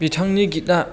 बिथांनि गितना